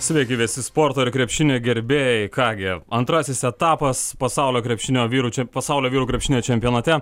sveiki visi sporto ir krepšinio gerbėjai ką gi antrasis etapas pasaulio krepšinio vyrų čia pasaulio vyrų krepšinio čempionate